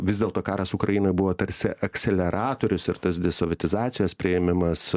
vis dėlto karas ukrainoj buvo tarsi akseleratorius ir tas desovietizacijos priėmimas